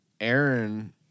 Aaron